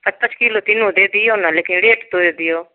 पाँच पाँच किलो तीनू दऽ दिऔ ने लेकिन रेट तोड़ि दिऔ